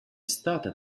stata